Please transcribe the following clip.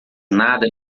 nada